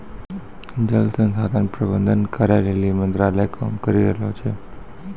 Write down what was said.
जल संसाधन प्रबंधन करै लेली मंत्रालय काम करी रहलो छै